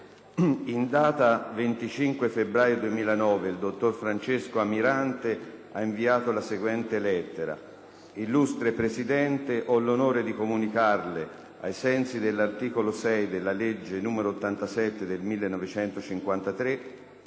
In data 25 febbraio 2009, il dottor Francesco Amirante ha inviato la seguente lettera: «Illustre Presidente, ho l’onore di comunicarle, ai sensi dell’articolo 6 della legge n. 87 del 1953,